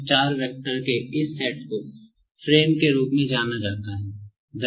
अब चार वैक्टर के इस सेट को फ्रेम के रूप में जाना जाता है